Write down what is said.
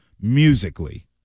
musically